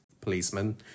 policeman